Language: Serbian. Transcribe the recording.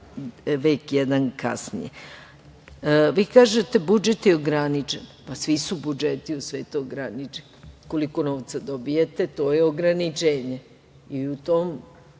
vek jedan kasnije. Vi kažete – budžet je ograničen. Pa svi su budžeti u svetu ograničeni. Koliko novca dobijete, to je ograničenje i u tom